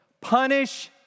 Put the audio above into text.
punish